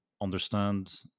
understand